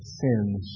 sins